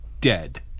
dead